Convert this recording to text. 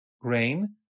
grain